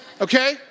Okay